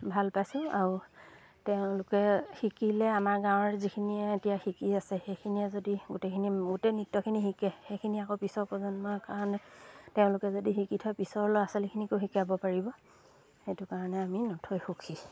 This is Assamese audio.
ভাল পাইছোঁ আৰু তেওঁলোকে শিকিলে আমাৰ গাঁৱৰ যিখিনিয়ে এতিয়া শিকি আছে সেইখিনিয়ে যদি গোটেইখিনি গোটেই নৃত্যখিনি শিকে সেইখিনি আকৌ পিছৰ প্ৰজন্মৰ কাৰণে তেওঁলোকে যদি শিকি থয় পিছৰ ল'ৰা ছোৱালীখিনিকো শিকাব পাৰিব সেইটো কাৰণে আমি নথৈ সুখী